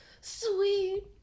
Sweet